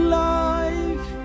life